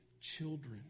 children